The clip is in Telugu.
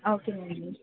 ఓకేనండి